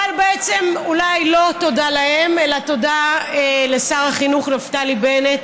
אבל בעצם אולי לא תודה להם אלא תודה לשר החינוך נפתלי בנט